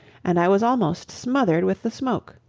and i was almost smothered with the smoke.